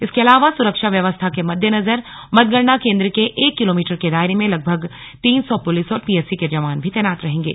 इसके अलवा सुरक्षा व्यवस्था के मद्देनजर मतगणना केंद्र के एक किलोमीटर के दायरे में े लगभग तीन सौ पुलिस और पीएसी के जवान भी तैनात रहेगें